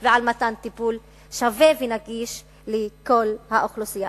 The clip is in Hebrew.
ולמתן טיפול שווה ונגיש לכל האוכלוסייה.